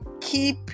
keep